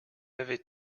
avait